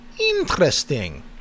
Interesting